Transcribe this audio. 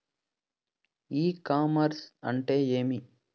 ఇ commerce అంటే ఏమి?